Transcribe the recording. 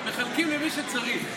מחלקים למי שצריך.